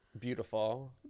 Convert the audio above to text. Beautiful